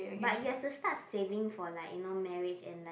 but he has to start saving for like you know marriage and like